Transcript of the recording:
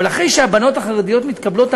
אבל אחרי שהבנות החרדיות מתקבלות,